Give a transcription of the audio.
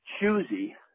choosy